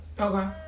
Okay